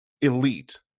elite